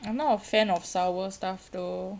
I'm not a fan of sour stuff though